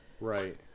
Right